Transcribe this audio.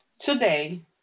Today